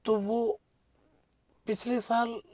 तो वो पिछले साल